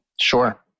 Sure